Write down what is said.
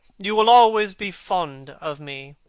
you will always be fond of me.